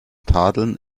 tadeln